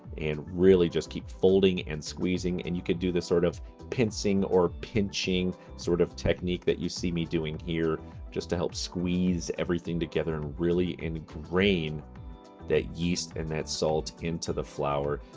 and really just keep folding and squeezing. and you could do this sort of pincing or pinching sort of technique that you see me doing here just to help squeeze everything together and really ingrain that yeast and that salt into the flour.